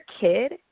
kid